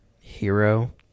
hero